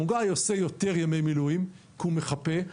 הוא גם עושה יותר ימי מילואים כי הוא מחפה.